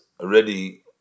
already